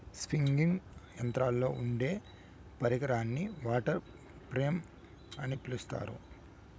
spinning యంత్రంలో ఉండే పరికరాన్ని వాటర్ ఫ్రేమ్ అని పిలుత్తారు